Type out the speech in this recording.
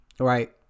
right